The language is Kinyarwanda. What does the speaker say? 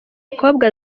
mukobwa